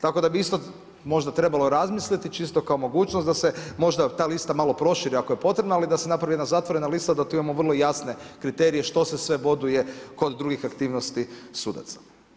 Tako da bi isto možda trebalo razmisliti, čisto kao mogućnost da se možda ta lista malo proširi, ako je potrebno, ali da se napravi jedna zatvorena lista da tu imamo vrlo jasne kriterije što se sve boduje kod drugih aktivnosti sudaca.